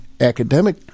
academic